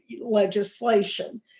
legislation